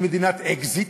היא מדינת אקזיט.